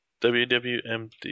WWMD